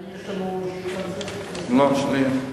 האם יש שאילתא נוספת לשר הבריאות?